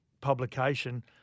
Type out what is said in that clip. publication